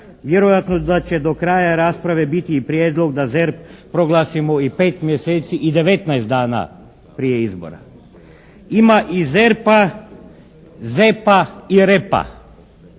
vjerojatnost da će do kraja rasprave biti i prijedlog da ZERP proglasimo i 5 mjeseci i 19 dana prije izbora. Ima i ZERP-a, ZEP-a i REP-a.